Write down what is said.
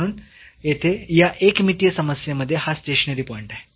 म्हणून येथे या एकमितीय समस्येमध्ये हा स्टेशनरी पॉईंट आहे